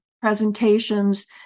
presentations